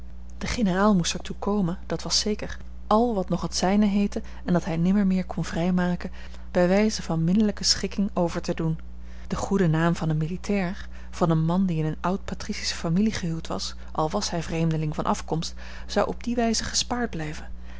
de generaal moest er toe komen dat was zeker al wat nog het zijne heette en dat hij nimmermeer kon vrijmaken bij wijze van minnelijke schikking over te doen de goede naam van een militair van een man die in een oud patricische familie gehuwd was al was hij vreemdeling van afkomst zou op die wijze gespaard blijven